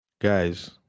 guys